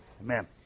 Amen